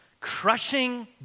Crushing